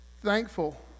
Thankful